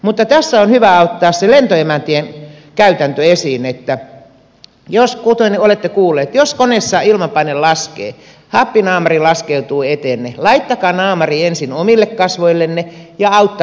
mutta tässä on hyvä ottaa se lentoemäntien käytäntö esiin kuten olette kuulleet että jos koneessa ilmanpaine laskee happinaamari laskeutuu eteenne niin laittakaa naamari ensin omille kasvoillenne ja auttakaa sen jälkeen vierustoveria